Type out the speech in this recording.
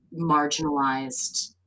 marginalized